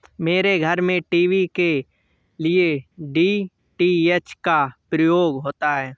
मेरे घर में टीवी के लिए डी.टी.एच का प्रयोग होता है